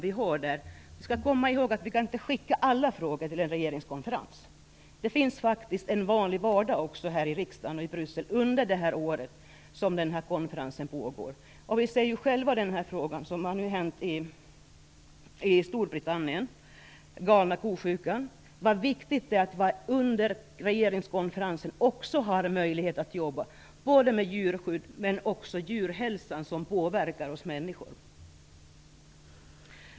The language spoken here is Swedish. Vi måste komma ihåg att vi inte kan skicka alla frågor till en regeringskonferens. Det finns faktiskt också under det år som konferensen pågår en vanlig vardag här i riksdagen och i Bryssel. Vi ser ju själva i samband med det som hänt i Storbritannien när det gäller "galna ko-sjukan" hur viktigt det är att man också under den tid som regeringskonferensen pågår har möjlighet att jobba med djurskyddsfrågor och med frågor rörande djurhälsan, som påverkar oss människor.